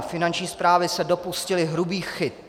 Finanční správy se dopustily hrubých chyb.